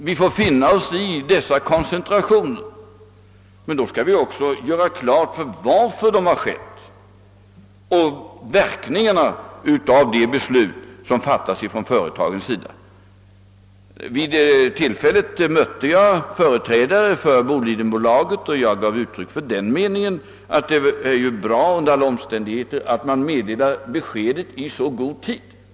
Vi får finna oss i dessa koncentrationer. Men då skall vi också göra klart för oss varför de har tillkommit och verkningarna av de beslut företagen fattar. Vid det tillfälle jag här talat om mötte jag företrädare för Bolidenbolaget och gav då uttryck för den meningen att det under alla omständigheter är bra att man meddelar besked i så god tid som möjligt.